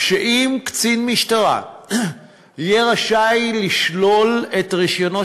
שאם קצין משטרה יהיה רשאי לשלול את רישיונו